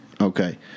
Okay